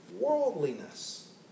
worldliness